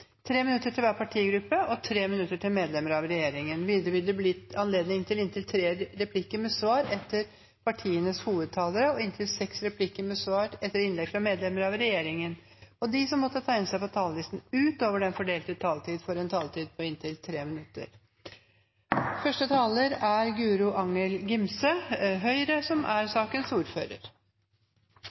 tre replikker med svar etter partienes hovedtalere og inntil seks replikker med svar etter innlegg fra medlemmer av regjeringen, og de som måtte tegne seg på talerlisten utover den fordelte taletid, får en taletid på inntil 3 minutter. Tilgang til nødvendige legemidler og nasjonal produksjon av disse er